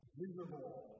visible